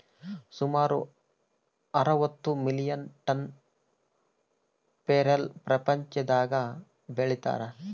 ಸುಮಾರು ಅರವತ್ತು million ton ಪೇರಲ ಪ್ರಪಂಚದಾಗ ಬೆಳೀತಾರ